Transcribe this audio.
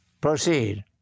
Proceed